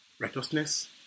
righteousness